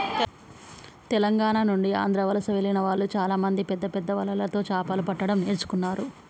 తెలంగాణ నుండి ఆంధ్ర వలస వెళ్లిన వాళ్ళు చాలామంది పెద్దపెద్ద వలలతో చాపలు పట్టడం నేర్చుకున్నారు